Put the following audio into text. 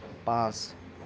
পাঁচ